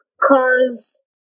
cars